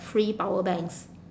free power banks